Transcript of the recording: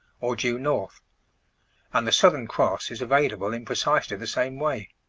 or due north and the southern cross is available in precisely the same way.